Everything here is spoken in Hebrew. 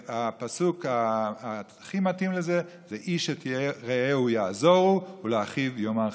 והפסוק הכי מתאים לזה: "איש את רעהו יַעְזֹרוּ ולאחיו יאמר חזק".